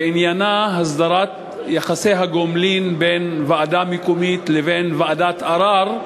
ועניינה הסדרת יחסי הגומלין בין ועדה מקומית לבין ועדת ערר,